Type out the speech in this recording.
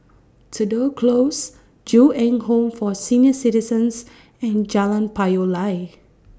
Tudor Close Ju Eng Home For Senior Citizens and Jalan Payoh Lai